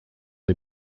des